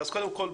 קודם כל,